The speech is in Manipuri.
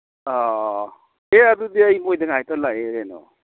ꯑ ꯑꯦ ꯑꯗꯨꯗꯤ ꯑꯩ ꯃꯣꯏꯗ ꯉꯥꯏꯇ ꯂꯥꯛꯏ ꯀꯩꯅꯣ